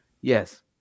Yes